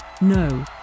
no